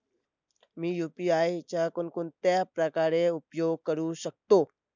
मी UPI चा कोणकोणत्या प्रकारे उपयोग करू शकतो?